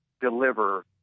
deliver